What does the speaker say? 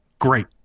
Great